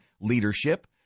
leadership